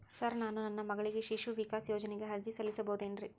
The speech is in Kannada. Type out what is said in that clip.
ಸರ್ ನಾನು ನನ್ನ ಮಗಳಿಗೆ ಶಿಶು ವಿಕಾಸ್ ಯೋಜನೆಗೆ ಅರ್ಜಿ ಸಲ್ಲಿಸಬಹುದೇನ್ರಿ?